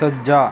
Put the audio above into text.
ਸੱਜਾ